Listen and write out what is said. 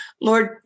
Lord